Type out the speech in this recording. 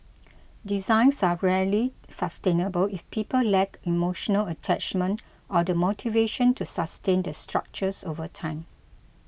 designs are rarely sustainable if people lack emotional attachment or the motivation to sustain the structures over time